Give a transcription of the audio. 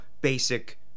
basic